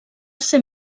ser